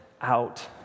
out